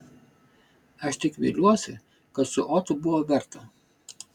aš tik viliuosi kad su otu buvo verta